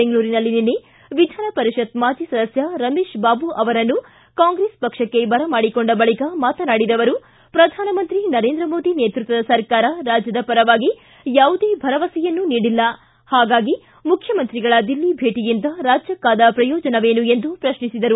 ಬೆಂಗಳೂರಿನಲ್ಲಿ ನಿನ್ನೆ ವಿಧಾನ ಪರಿಷತ್ ಮಾಜಿ ಸದಸ್ಯ ರಮೇಶ್ ಬಾಬು ಅವರನ್ನು ಕಾಂಗ್ರೆಸ್ ಪಕ್ಷಕ್ಕೆ ಬರಮಾಡಿಕೊಂಡ ಬಳಿಕ ಮಾತನಾಡಿದ ಅವರು ಪ್ರಧಾನಮಂತ್ರಿ ನರೇಂದ್ರ ಮೋದಿ ನೇತೃತ್ವದ ಸರ್ಕಾರ ರಾಜ್ಯದ ಪರವಾಗಿ ಯಾವುದೇ ಭರವಸೆಯನ್ನೂ ನೀಡಿಲ್ಲ ಹಾಗಾಗಿ ಮುಖ್ಯಮಂತ್ರಿಗಳ ದಿಲ್ಲಿ ಭೇಟಿಯಿಂದ ರಾಜ್ಯಕ್ಕಾದ ಪ್ರಯೋಜನವೇನು ಎಂದು ಪ್ರಶ್ನಿಸಿದರು